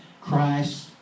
Christ